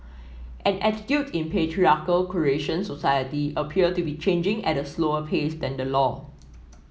and attitudes in patriarchal Croatian society appear to be changing at a slower pace than the law